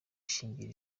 shingiro